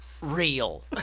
real